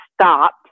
stopped